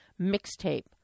mixtape